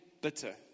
bitter